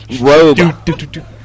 robe